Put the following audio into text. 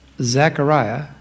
Zechariah